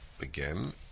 again